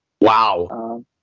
Wow